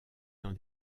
dans